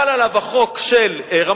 חל עליו חוק רמת-הגולן.